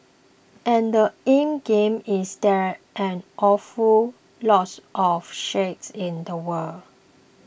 and the endgame is there's an awful lots of shales in the world